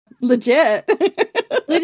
legit